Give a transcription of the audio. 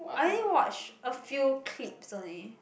I only watch a few clips only